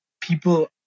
people